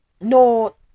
No